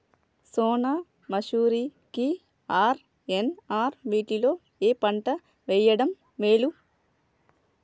సోనా మాషురి కి ఆర్.ఎన్.ఆర్ వీటిలో ఏ పంట వెయ్యడం మేలు?